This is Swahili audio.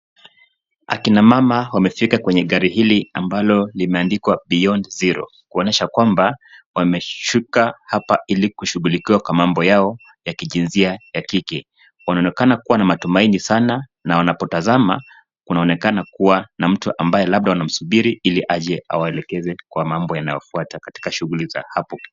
Akina mama wamefika kwenye gari hili ambalo limeandikwa Beyond Zero kuonyesha kwamba wameshuka hapa ili kushughulikiwa kwa mambo yao ya kijinsia ya kike. Wanaonekana kuwa na matumaini sana na wanapotazama kunaonekana kuwa na mtu ambaye labda wanamsubiri ili aje awaelekeze kwa mambo yanayofuata katika shughuli za hapo.